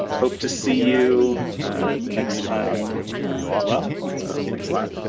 hope to see you next time as well. so thanks a lot,